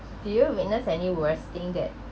do you witness any worse thing that